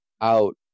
out